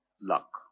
luck